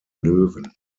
löwen